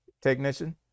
technician